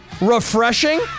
refreshing